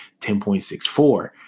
10.64